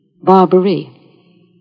Barbary